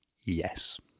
yes